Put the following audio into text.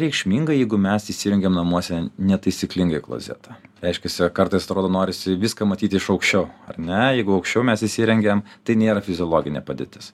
reikšminga jeigu mes įsirengiam namuose netaisyklingai klozetą reiškiasi kartais atrodo norisi viską matyti iš aukščiau ar ne jeigu aukščiau mes įsirengiam tai nėra fiziologinė padėtis